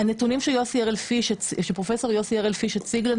הנתונים שפרופסור הראל פיש הציג,